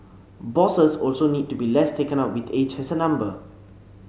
bosses also need to be less taken up with age as a number